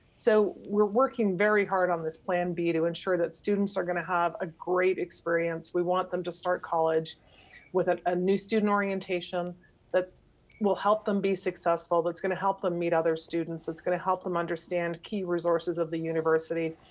so we're working very hard on this plan b to ensure that students are gonna have a great experience. we want them to start college with ah a new student orientation that will help them be successful, that's gonna help them meet other students, that's gonna help them understand key resources of the university.